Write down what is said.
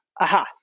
aha